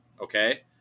Okay